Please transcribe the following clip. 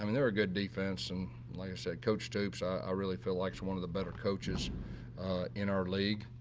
i mean they're a good defense on. and like i said, coach stoops i really feel like one of the better coaches in our league.